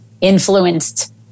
influenced